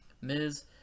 Miz